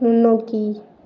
முன்னோக்கி